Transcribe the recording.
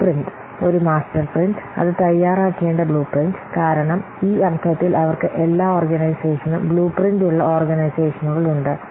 blueprint ഒരു master print അത് തയ്യാറാക്കേണ്ട ബ്ലൂപ്രിന്റ് കാരണം ഈ അർത്ഥത്തിൽ അവർക്ക് എല്ലാ ഓർഗനൈസേഷനും ബ്ലുപ്രിന്റ് ഉള്ള ഓർഗനൈസേഷനുകൾ ഉണ്ട്